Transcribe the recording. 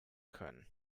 können